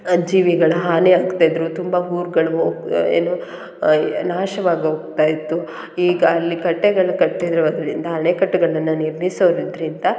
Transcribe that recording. ಜೀವಿಗಳು ಹಾನಿ ಆಗ್ತಾ ಇದ್ದರು ತುಂಬ ಊರುಗಳು ಏನು ನಾಶವಾಗಿ ಹೋಗ್ತಾ ಇತ್ತು ಈಗ ಅಲ್ಲಿ ಕಟ್ಟೆಗಳು ಕಟ್ಟಿರೋದರಿಂದ ಅಣೆಕಟ್ಟುಗಳನ್ನ ನಿರ್ಮಿಸೋದರಿಂದ